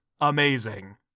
amazing